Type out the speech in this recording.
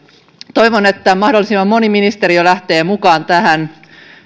toivon että mahdollisimman moni ministeriö lähtee mukaan tähän